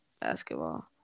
basketball